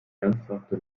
ernsthafte